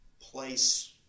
place